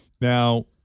Now